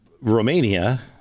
Romania